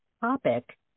topic